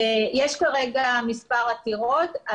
יש כאן כרגע מספר עתירות.